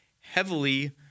heavily